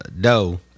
dough